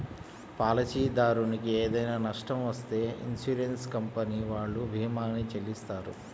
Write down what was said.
పాలసీదారునికి ఏదైనా నష్టం వత్తే ఇన్సూరెన్స్ కంపెనీ వాళ్ళు భీమాని చెల్లిత్తారు